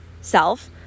self